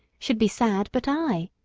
should be sad but i.